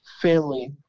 family